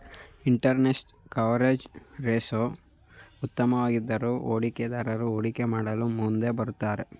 interest coverage ratio ಉತ್ತಮವಾಗಿದ್ದರೆ ಹೂಡಿಕೆದಾರರು ಹೂಡಿಕೆ ಮಾಡಲು ಮುಂದೆ ಬರುತ್ತಾರೆ